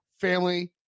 family